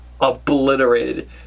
obliterated